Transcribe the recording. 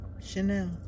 Chanel